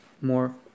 more